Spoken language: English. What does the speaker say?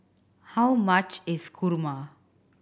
how much is kurma